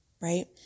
right